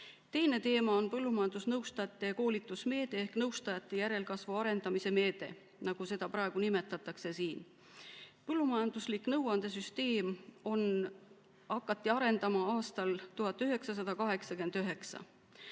Teine teema on põllumajandusnõustajate koolitusmeede ehk nõustajate järelkasvu arendamise meede, nagu seda siin nimetatakse. Põllumajanduslikku nõuandesüsteemi hakati arendama aastal 1989.